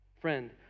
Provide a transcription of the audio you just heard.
Friend